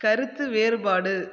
கருத்து வேறுபாடு